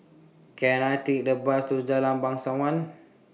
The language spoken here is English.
Can I Take The Bus to Jalan Bangsawan